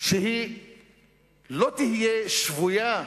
שלא תהיה שבויה.